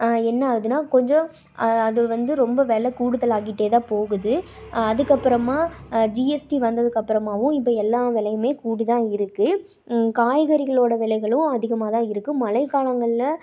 என்ன அதுன்னா கொஞ்சம் அது வந்து ரொம்ப வெலை கூடுதலாகிட்டே தான் போகுது அதுக்கப்புறமா ஜிஎஸ்டி வந்ததுக்கப்புறமாவும் இது எல்லா விலையுமே கூடிதான் இருக்குது காய்கறிகளோட விலைகளும் அதிகமாக தான் இருக்குது மழைக்காலங்களில்